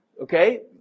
Okay